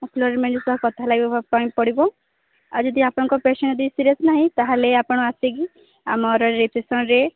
କଥା ଲାଗିବା ପାଇଁ ପଡ଼ିବ ଆଉ ଯଦି ଆପଣଙ୍କ ପେସେଣ୍ଟ ଯଦି ସିରିୟସ୍ ନାହିଁ ତାହେଲେ ଆପଣ ଆସିକି ଆମର ରିସେପସନ୍ରେ